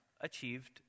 achieved